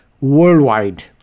worldwide